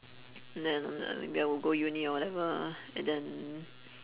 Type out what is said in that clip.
and then uh maybe I will go uni or whatever ah and then